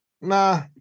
nah